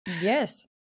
Yes